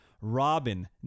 Robin